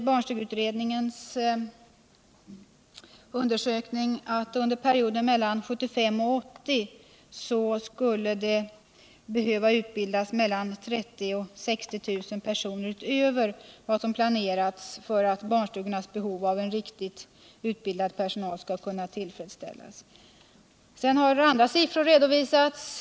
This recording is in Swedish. Barnstugeutredningen redovisade att det under perioden 1975-1980 skulle behöva utbildas mellan 30 000 och 60 000 personer utöver vad som planerats för att barnstugornas behov av en riktigt utbildad personal skall kunna tillfredsställas. Även andra siffror har redovisats.